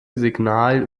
signal